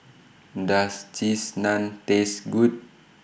Does Cheese Naan Taste Good